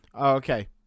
okay